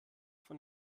von